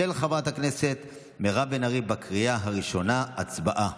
של חברת הכנסת מירב בן ארי, בקריאה ראשונה, הצבעה.